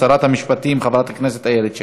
שרת המשפטים חברת הכנסת איילת שקד.